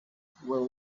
will